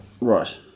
Right